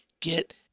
Get